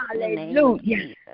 Hallelujah